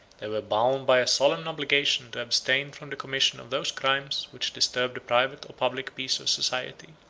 they were bound by a solemn obligation to abstain from the commission of those crimes which disturb the private or public peace of society,